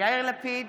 יאיר לפיד,